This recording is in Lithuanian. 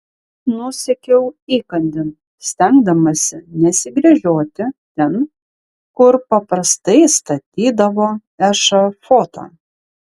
nusekiau įkandin stengdamasi nesigręžioti ten kur paprastai statydavo ešafotą